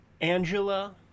Angela